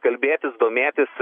kalbėtis domėtis